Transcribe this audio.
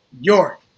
York